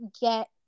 get